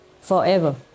forever